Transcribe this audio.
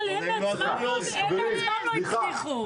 אבל הם בעצמם לא הצליחו.